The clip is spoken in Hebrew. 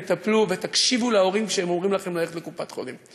תטפלו ותקשיבו להורים כשהם אומרים לכם ללכת לקופת-חולים.